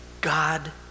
God